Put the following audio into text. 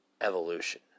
evolution